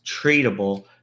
treatable